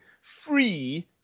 free